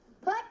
put